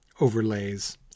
overlays